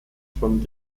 von